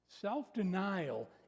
Self-denial